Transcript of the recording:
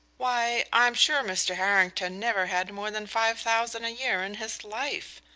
why, i am sure mr. harrington never had more than five thousand a year in his life.